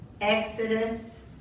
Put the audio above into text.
Exodus